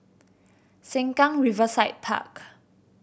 Sengkang Riverside Park